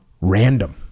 random